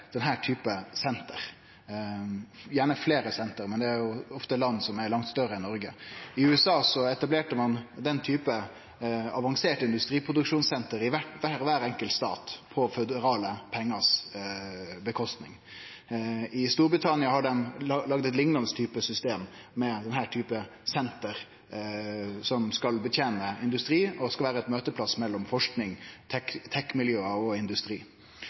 senter, gjerne fleire senter, men det er ofte land som er langt større enn Noreg. I USA etablerte ein den typen avansert industriproduksjonssenter i kvar enkelt stat på føderale pengar sin kostnad. I Storbritannia har dei laga liknande system med denne typen senter som skal betene industrien og skal vere ein møteplass mellom forsking, teknologimiljø og industri.